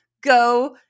go